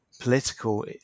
political